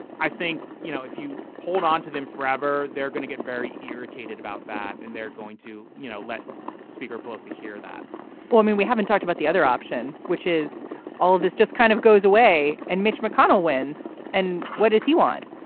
i think, you know, if you hold on to them forever, they're going to get very irritated about that. and they're going to, you know, let speaker pelosi hear that well, i mean, we haven't talked about the other option, which is all of this just kind of goes away. and mitch mcconnell wins. and what does he want?